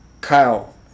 Kyle